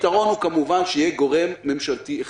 הפתרון הוא כמובן שיהיה גורם ממשלתי אחד.